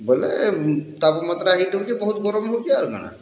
ବେଲେ ତାପମାତ୍ରା ହିଟ୍ ହଉଚେ ବହୁତ୍ ଗରମ୍ ହଉଚେ ଆଉ କାଣା